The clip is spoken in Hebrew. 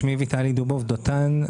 שמי ויטלי דובוב דותן,